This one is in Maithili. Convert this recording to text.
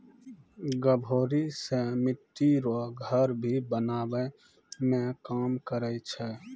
गभोरी से मिट्टी रो घर भी बनाबै मे काम करै छै